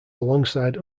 alongside